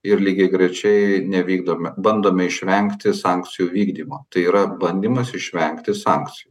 ir lygiagrečiai nevykdom bandome išvengti sankcijų vykdymo tai yra bandymas išvengti sankcijų